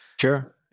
sure